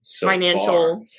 financial